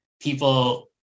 people